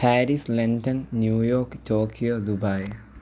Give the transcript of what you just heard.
Paris London New York Tokyo Dubai